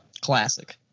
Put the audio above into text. classic